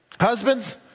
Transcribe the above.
husbands